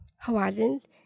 horizons